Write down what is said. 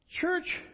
Church